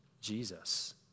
Jesus